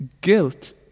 Guilt